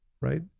right